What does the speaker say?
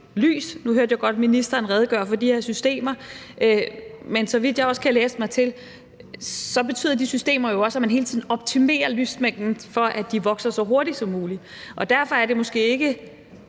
lys. Nu hørte jeg også ministeren redegøre for de her systemer, men så vidt jeg kan læse mig til, betyder de systemer jo også, at man hele tiden optimerer lysmængden, for at de så også vokser så hurtigt som muligt. Og derfor er det måske ikke